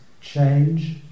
change